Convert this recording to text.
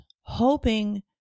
hoping